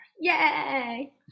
yay